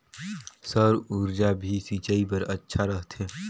सौर ऊर्जा भी सिंचाई बर अच्छा रहथे?